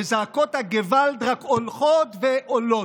וזעקות הגעוואלד רק הולכות ועולות.